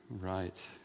right